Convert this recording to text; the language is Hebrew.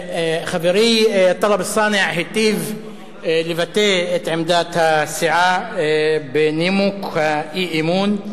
חברי טלב אלסאנע היטיב לבטא את עמדת הסיעה בנימוק האי-אמון.